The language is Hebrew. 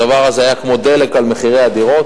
הדבר הזה היה כמו דלק על מחירי הדירות.